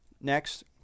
Next